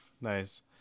Nice